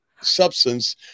Substance